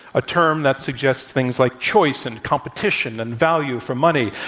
a term that suggests things like choice and competition and value for money.